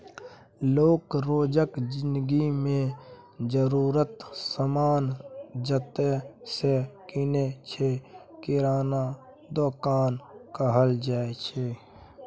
लोक रोजक जिनगी मे जरुरतक समान जतय सँ कीनय छै किराना दोकान कहल जाइ छै